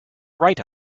write